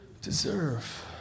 deserve